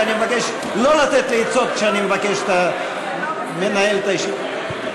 ואני מבקש לא לתת לי עצות כשאני מנהל את הישיבה.